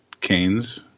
canes